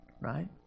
right